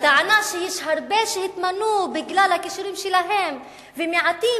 הטענה שיש הרבה שהתמנו בגלל הכישורים שלהם ומעטים